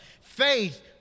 Faith